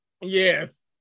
yes